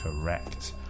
Correct